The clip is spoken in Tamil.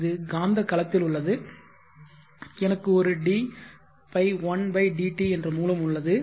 எனவே இது காந்த களத்தில் உள்ளது எனக்கு ஒரு dϕ1 dt என்ற மூலம் உள்ளது